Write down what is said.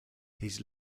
his